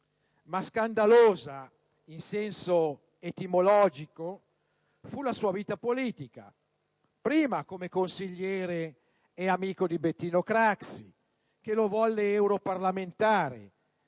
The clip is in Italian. Ma scandalosa, in senso etimologico, fu la sua vita politica, prima come consigliere e amico di Bettino Craxi, che lo volle europarlamentare,